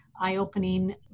eye-opening